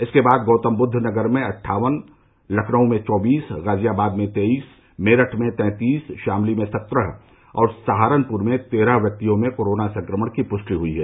इसके बाद गौतमबुद्द नगर में अट्ठावन लखनऊ में चौबीस गाजियाबाद में तेईस मेरठ में तैंतीस शामली में सत्रह और सहारनपुर में तेरह व्यक्तियों में कोरोना संक्रमण की पुष्टि हुई है